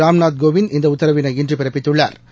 ராம்நாத் கோவிந்த் இந்த உத்தரவினை இன்று பிறப்பித்துள்ளாா்